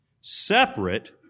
Separate